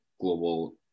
Global